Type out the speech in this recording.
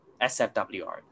SFWR